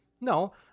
No